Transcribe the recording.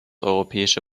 europäische